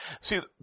See